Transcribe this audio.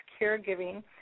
Caregiving